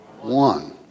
one